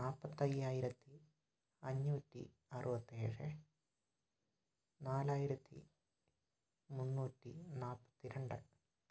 നാൽപ്പത്തയ്യായിരത്തി അഞ്ഞൂറ്റി അറുപത്തേഴ് നാലായിരത്തി മുന്നൂറ്റി നാൽപ്പത്തി രണ്ട്